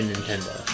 Nintendo